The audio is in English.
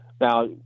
Now